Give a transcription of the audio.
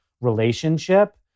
relationship